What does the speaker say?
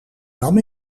dam